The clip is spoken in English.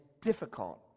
difficult